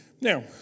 Now